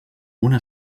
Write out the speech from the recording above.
una